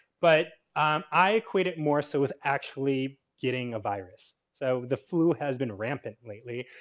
but i equate it more so with actually getting a virus. so, the flu has been rampant lately.